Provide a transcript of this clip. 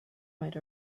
might